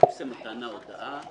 מתן ההודעה